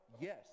yes